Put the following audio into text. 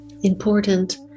Important